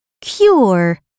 cure